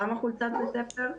למה חולצת בית ספר?